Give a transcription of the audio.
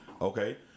okay